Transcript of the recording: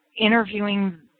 interviewing